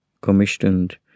commissioned